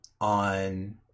on